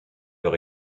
leur